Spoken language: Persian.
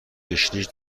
گشنیز